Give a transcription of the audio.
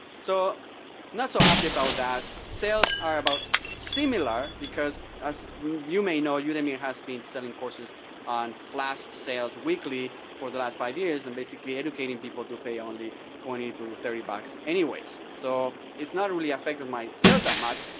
so i'm not so happy about that. sales are about similar because, as you may know, udemy has been selling courses on flash sales weekly for the last five years, and basically educating people to pay only twenty to thirty bucks anyways. so it's not really affected my sales that much,